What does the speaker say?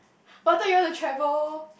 but I thought you want to travel